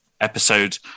episode